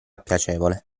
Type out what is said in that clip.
piacevole